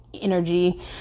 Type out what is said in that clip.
energy